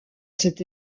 cet